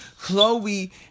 Chloe